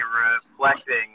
reflecting